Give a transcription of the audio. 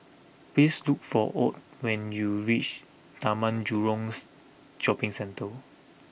please look for Ott when you reach Taman Jurongs Shopping Centre